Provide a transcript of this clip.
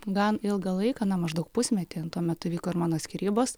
gan ilgą laiką na maždaug pusmetį tuo metu vyko ir mano skyrybos